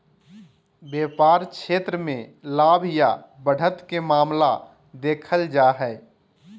व्यापार क्षेत्र मे लाभ या बढ़त के मामला देखल जा हय